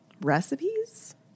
recipes